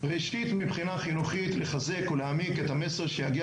ראשית מבחינה חינוכית לחזק ולהעמיק את המסר שיגיע